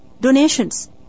Donations